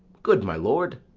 good my lord!